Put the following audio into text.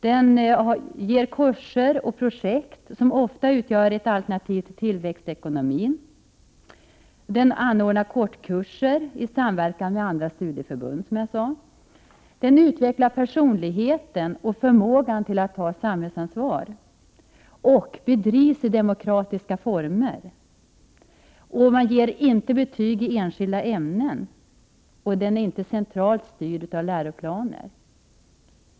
Den har kurser och projekt som ofta utgör ett alternativ till tillväxtekonomin. Den anordnar kortkurser i samverkan med 75 andra studieförbund, som jag nämnde. Den utvecklar personligheten och förmågan att ta samhällsansvar. Den bedrivs i demokratiska former. Man ger inte betyg i enskilda ämnen. Den är inte centralt styrd av läroplanen.